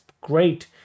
Great